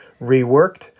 reworked